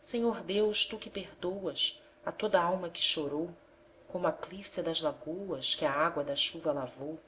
senhor deus tu que perdoas a toda alma que chorou como a clícia das lagoas que a água da chuva lavou